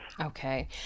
Okay